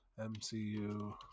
MCU